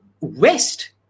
West